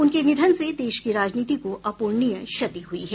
उनके निधन से देश की राजनीति को अप्रणीय क्षति हुई है